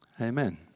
Amen